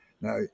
Now